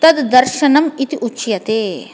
तद् दर्शनम् इति उच्यते